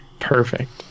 perfect